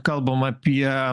kalbam apie